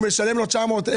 משלם לו 900,